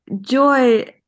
Joy